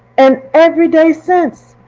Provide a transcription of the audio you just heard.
and every day since,